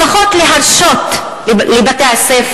לפחות להרשות לבתי-הספר,